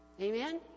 Amen